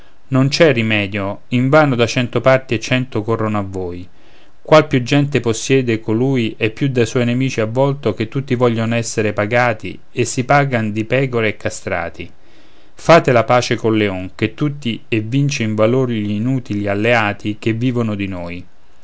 non c'è rimedio invano da cento parti e cento corrono a voi qual più gente possiede colui è più da suoi nemici avvolto che tutti voglion essere pagati e si pagan di pecore e castrati fate la pace col leon che tutti vince in valor gl'inutili alleati che vivono di noi